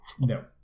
No